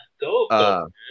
dope